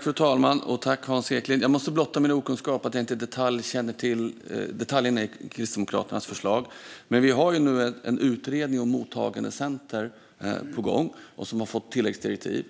Fru talman! Hans Eklind! Jag måste blotta min okunskap; jag känner inte till detaljerna i Kristdemokraternas förslag. Men vi har nu en utredning om mottagandecenter som är på gång, och den har fått tilläggsdirektiv.